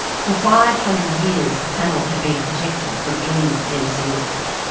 for five hundred years, the panel had beenprotected from any menacing liquid.